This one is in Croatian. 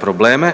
probleme,